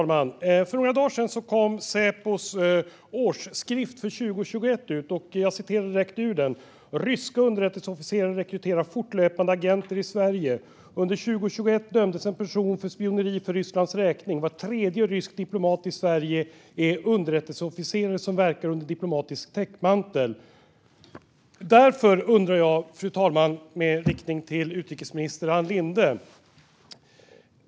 Fru talman! För några dagar sedan kom Säpos årsskrift för 2021 ut, och jag läser direkt ur den: Ryska underrättelseofficerare rekryterar fortlöpande agenter i Sverige. Under 2021 dömdes en person för spioneri för Rysslands räkning. Var tredje rysk diplomat i Sverige är underrättelseofficerare som verkar under diplomatisk täckmantel. Därför har jag en fråga, fru talman, riktad till utrikesminister Ann Linde.